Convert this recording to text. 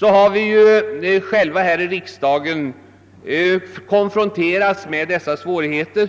har vi själva här i riksdagen konfronterats med dessa svårigheter.